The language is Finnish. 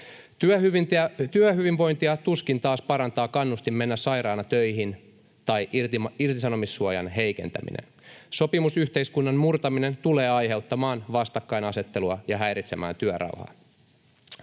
Työhyvinvointia taas tuskin parantaa kannustin mennä sairaana töihin tai irtisanomissuojan heikentäminen. Sopimusyhteiskunnan murtaminen tulee aiheuttamaan vastakkainasettelua ja häiritsemään työrauhaa.